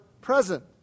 present